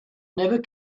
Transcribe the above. never